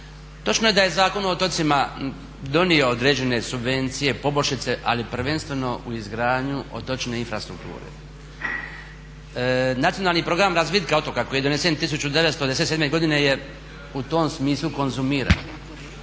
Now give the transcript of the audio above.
Točno je da je Zakon o otocima donio određene subvencije, poboljšice ali prvenstveno u izgradnju otočne infrastrukture. Nacionalni program razvitka otoka koji je donesen …/Govornik se ne razumije./… je u tom smislu konzumiran.